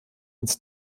ins